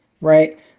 right